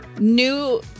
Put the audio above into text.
new